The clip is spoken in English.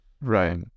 right